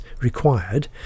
required